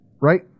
right